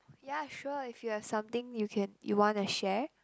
yeah sure if you have something you can you wanna share